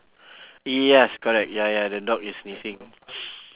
yes correct ya ya the dog is sniffing